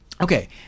okay